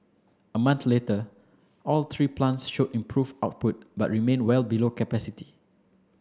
a month later all three plants showed improved output but remained well below capacity